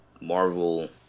Marvel